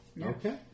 Okay